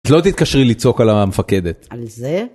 לא תתקשרי לצעוק על המפקדת. על זה?